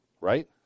right